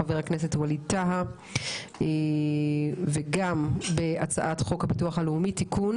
חבר הכנסת ווליד טאהא; וגם בהצעת חוק הביטוח הלאומי (תיקון